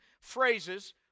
phrases